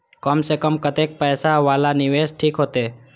कम से कम कतेक पैसा वाला निवेश ठीक होते?